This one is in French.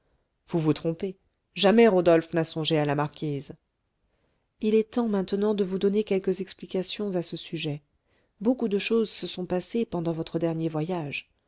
vous vous trompez jamais rodolphe n'a songé à la marquise il est temps maintenant de vous donner quelques explications à ce sujet beaucoup de choses se sont passées pendant votre dernier voyage